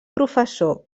professor